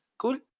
cool.